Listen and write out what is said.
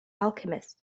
alchemists